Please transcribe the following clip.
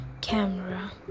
camera